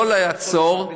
לא לעצור,